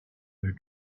their